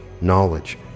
knowledge